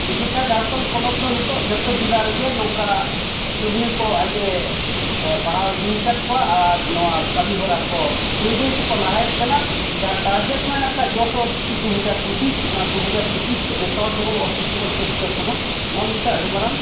ᱮᱥᱮᱠᱟ ᱡᱷᱟᱲᱠᱷᱚᱸᱰ ᱯᱚᱱᱚᱛ ᱫᱚ ᱱᱤᱛᱚᱜ ᱡᱚᱛᱚ ᱡᱮᱞᱟ ᱨᱮᱜᱮ ᱱᱚᱝᱠᱟ ᱠᱟᱹᱢᱤᱭᱟᱹ ᱠᱚ ᱟᱡᱼᱮ ᱵᱟᱲᱦᱟᱣ ᱤᱫᱤᱭ ᱠᱟᱫ ᱠᱚᱣᱟ ᱟᱨ ᱱᱚᱣᱟ ᱠᱟᱹᱢᱤ ᱦᱚᱨᱟ ᱠᱚ ᱵᱟᱹᱭ ᱵᱟᱹᱭ ᱛᱮᱠᱚ ᱞᱟᱦᱟᱭᱮᱫ ᱠᱟᱱᱟ ᱡᱟᱦᱟᱸ ᱴᱟᱨᱜᱮᱹᱴ ᱢᱮᱱᱟᱜ ᱠᱟᱜ ᱡᱚᱥ ᱚᱞ ᱪᱤᱠᱤ ᱫᱩ ᱦᱟᱡᱟᱨ ᱯᱚᱸᱪᱤᱥ ᱱᱚᱣᱟ ᱱᱚᱣᱟ ᱫᱩ ᱦᱟᱡᱟᱨ ᱯᱚᱸᱪᱤᱥᱛᱮ ᱡᱚᱛᱚ ᱦᱚᱲ ᱡᱮᱢᱚᱱ ᱚᱞ ᱪᱤᱠᱤ ᱵᱚᱱ ᱪᱮᱫ ᱦᱚᱪᱚ ᱠᱚᱢᱟ ᱱᱚᱣᱟ ᱢᱤᱫᱴᱟᱱ ᱟᱹᱰᱤ ᱢᱟᱨᱟᱝ